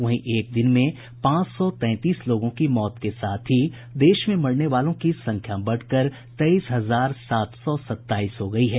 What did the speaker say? वहीं एक दिन में पांच सौ तैंतीस लोगों की मौत के साथ ही देश में मरने वालों की संख्या बढ़कर तेईस हजार सात सौ सत्ताईस हो गयी है